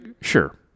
sure